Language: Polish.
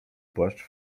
płaszcz